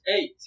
eight